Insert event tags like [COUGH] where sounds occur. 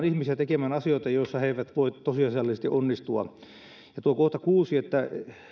[UNINTELLIGIBLE] ihmisiä tekemään asioita joissa he eivät voi tosiasiallisesti onnistua ja kohta kuusi että